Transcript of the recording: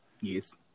Yes